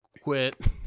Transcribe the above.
quit